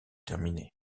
terminée